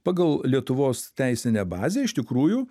pagal lietuvos teisinę bazę iš tikrųjų